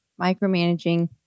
Micromanaging